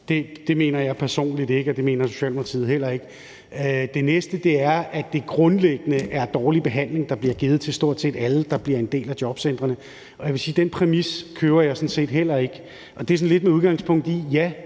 det mener jeg personligt ikke, og det mener Socialdemokratiet heller ikke. Den næste er, at det grundlæggende er en dårlig behandling, der bliver givet til stort set alle, der bliver en del af jobcentrene, og jeg vil sige, at den præmis køber jeg sådan set heller ikke, og det er sådan lidt med udgangspunkt i, at jeg